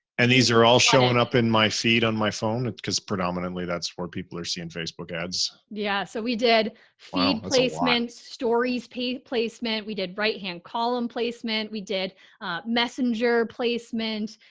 and these are all showing up in my feed on my phone because predominantly that's where people are seeing facebook ads. yeah. so we did find placement stories, pay placement. we did right hand column placement, we did messenger placement.